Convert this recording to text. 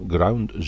Ground